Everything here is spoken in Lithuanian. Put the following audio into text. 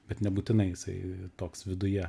bet nebūtinai jisai toks viduje